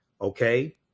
Okay